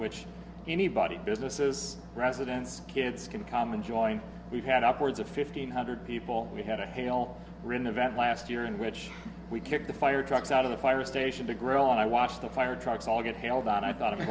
which anybody businesses residents kids can come and join we've had upwards of fifteen hundred we had a hell written event last year in which we kicked the fire truck out of the fire station to grill and i watched the fire trucks all get held on i thought